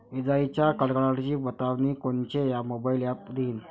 इजाइच्या कडकडाटाची बतावनी कोनचे मोबाईल ॲप देईन?